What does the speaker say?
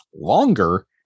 longer